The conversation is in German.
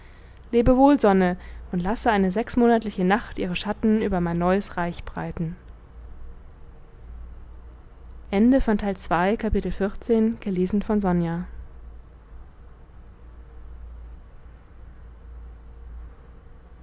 wohl sonne und lasse eine sechsmonatliche nacht ihre schatten über mein neues reich breiten